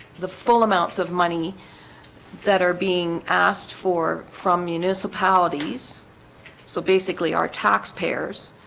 the full amounts of money that are being asked for from municipalities so basically our tax payers